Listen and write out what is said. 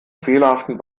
fehlerhaften